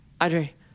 Audrey